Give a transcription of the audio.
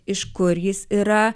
iš kur jis yra